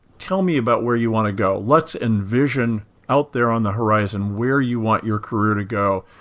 tell me about where you want to go. let's envision out there on the horizon where you want your career to go.